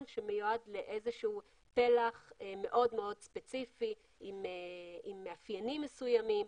שמיועד לאיזשהו פלח מאוד מאוד ספציפי עם מאפיינים מסוימים.